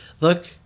look